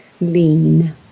lean